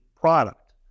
product